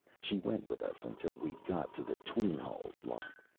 she went with us until we got to the tween-hulls lock,